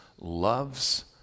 loves